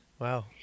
Wow